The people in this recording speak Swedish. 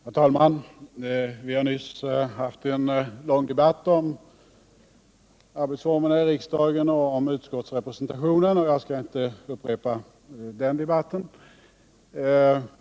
Herr talman! Vi har nyss haft en lång debatt om riksdagens arbetsformer och om utskottsrepresentationen, och jag skall inte upprepa argumenten från den debatten.